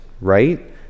right